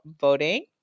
voting